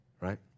right